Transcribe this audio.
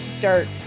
dirt